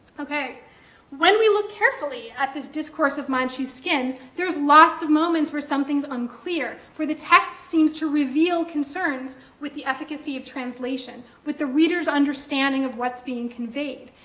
when we look carefully at this discourse of manchu skin, there's lots of moments where something's unclear, where the text seems to reveal concerns with the efficacy of translation, with the reader's understanding of what's being conveyed.